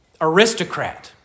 aristocrat